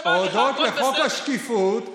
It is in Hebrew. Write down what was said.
הודות לחוק השקיפות,